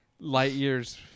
Lightyear's